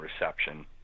reception